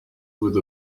with